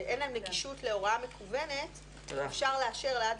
נגישות להוראה מקוונת אפשר לאשר לעד